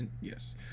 yes